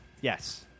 Yes